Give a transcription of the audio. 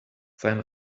sein